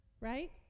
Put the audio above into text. Right